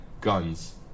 guns